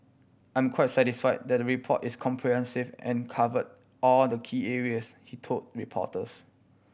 I'm quite satisfy that the report is comprehensive and cover all the key areas he told reporters